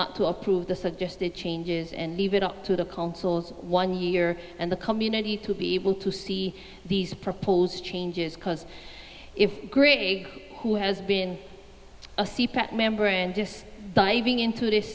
not to approve the suggested changes and leave it up to the one year and the community to be able to see these proposed changes because if gray who has been a member and just diving into this